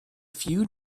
few